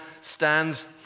stands